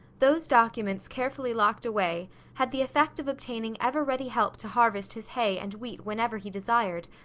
those documents carefully locked away had the effect of obtaining ever-ready help to harvest his hay and wheat whenever he desired,